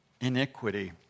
iniquity